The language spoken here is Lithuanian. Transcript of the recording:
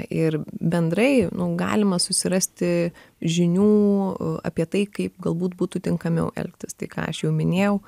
ir bendrai nu galima susirasti žinių apie tai kaip galbūt būtų tinkamiau elgtis tai ką aš jau minėjau